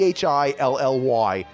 Philly